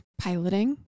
piloting